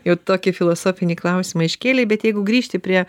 jau tokį filosofinį klausimą iškėlei bet jeigu grįžti prie